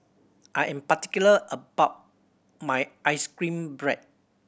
I am particular about my ice cream bread